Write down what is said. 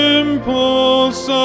impulse